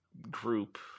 group